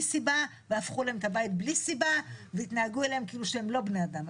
סיבה והפכו להם את הבית בלי סיבה והתנהגו אליהם כאילו שהם לא בני אדם.